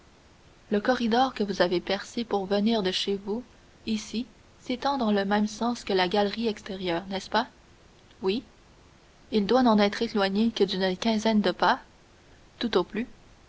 le corridor que vous avez percé pour venir de chez vous ici s'étend dans le même sens que la galerie extérieure n'est-ce pas oui il doit n'en être éloigné que d'une quinzaine de pas tout au plus